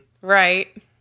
right